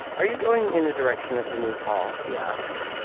are you going in the direction of the new hall? he asked.